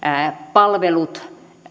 palvelut